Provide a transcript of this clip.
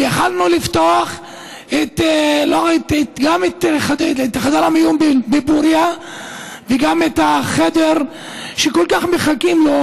ויכולנו לפתוח גם את חדר המיון בפוריה וגם את החדר שכל כך מחכים לו,